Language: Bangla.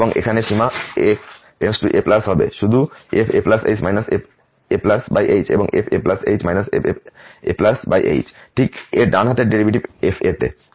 এবং এখানে সীমা x → a হবে শুধু fa h fah এবং fa h fah ঠিক এর ডান হাতের ডেরিভেটিভ f a তে